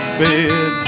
bed